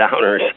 downers